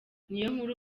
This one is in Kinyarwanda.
niyonkuru